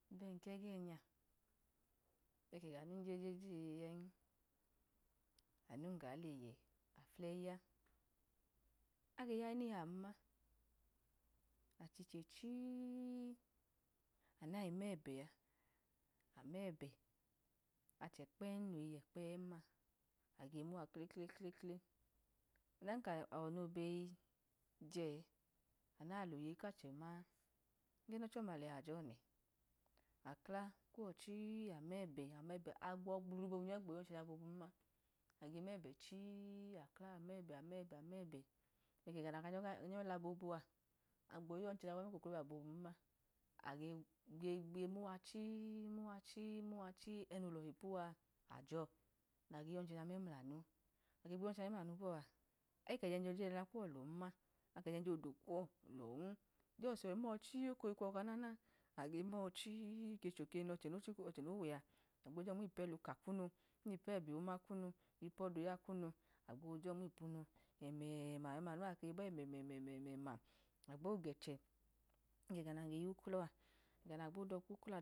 Ega nuje jeje ẹm anu ga leyẹ afnlẹyi achichechi, amu nayi mẹbẹ a mẹbẹ achẹ kpẹn, noyi yẹ kpẹm ma, age nuwa klekleklekle, ọdan kawọ nodejẹẹ, anu naloye kochẹ ma, ẹgẹ nochẹ ọma lẹa ajọ mẹ akla kochi yo̱yi mẹbẹ agbọ gblu gbo yọda duna bobun ma, age mẹbẹ chi. Akla ajimẹbẹ ajimẹbẹ ajimẹbẹ, ega naga nyoyila bobu a aga gbo yọnchẹnya mloklobia bobu̱n ma, agege muwachi mnwachi, nmwachi ẹnolọhi ipuwa ajọ nayi gbo yọchọoya memulanu, agbo yọchọnja memulamu bọa, akẹ jẹnjẹla kuwọ lọn, akejẹnje odo kuwọ lọn jọs yọyi mọchii okoyọyi kuwọ ọka nana, de mọchi gechokemu ẹdochẹ no wẹa, agbo jọ nmipn ẹla ọka kunu nmipuẹbẹ ọma kunu, mmipuodoya kunu, agbojọ nmipunu, ẹmẹẹma ẹnakeyi ba ẹmẹma, agbo gechẹ mlega nage yulelọ mlega nage doka uklọ a gana.